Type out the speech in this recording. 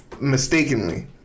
mistakenly